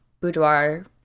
boudoir